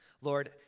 Lord